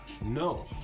no